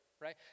right